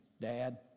Dad